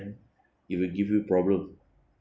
that it will give you problem